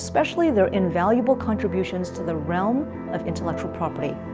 especially their invaluable contributions to the realm of intellectual property.